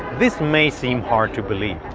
this may seem hard to believe,